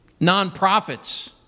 Nonprofits